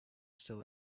still